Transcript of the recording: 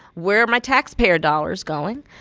where are my taxpayer dollars going,